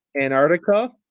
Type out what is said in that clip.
Antarctica